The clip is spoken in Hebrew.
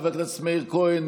חבר הכנסת מאיר כהן,